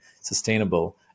sustainable